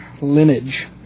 Lineage